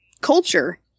culture